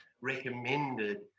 recommended